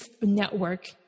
network